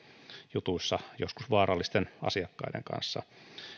jutuissa joskus vaarallisten asiakkaiden kanssa